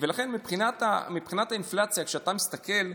לכן מבחינת האינפלציה, כשאתה מסתכל,